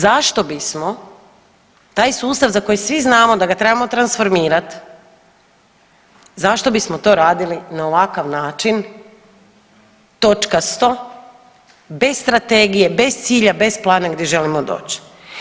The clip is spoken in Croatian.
Zašto bismo taj sustav za koji svi znamo da ga trebamo transformirat zašto bismo to radili na ovakav način točkasto bez strategije, bez cilja, bez plana gdje želimo doć.